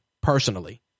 personally